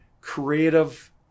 creative